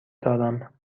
دارم